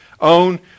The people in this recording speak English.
own